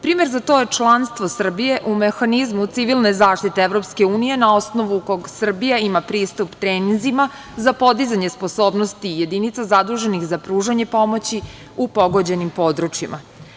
Primer za to je članstvo Srbije u Mehanizmu civilne zaštite EU, na osnovu kog Srbija ima pristup treninzima za podizanje sposobnosti jedinica zaduženih za pružanje pomoći u pogođenim područjima.